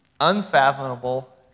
unfathomable